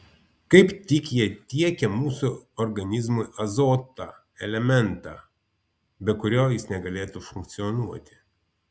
kaip tik jie tiekia mūsų organizmui azotą elementą be kurio jis negalėtų funkcionuoti